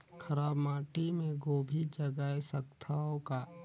खराब माटी मे गोभी जगाय सकथव का?